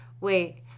Wait